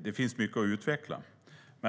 Det finns mycket att utveckla. Det